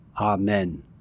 Amen